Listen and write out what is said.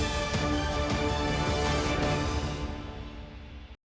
дякую.